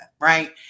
right